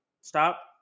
Stop